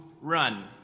run